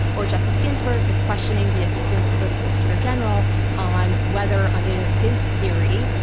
or justice ginsburg is questioning the assistant to the solicitor general on whether, under his theory,